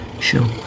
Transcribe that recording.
Sure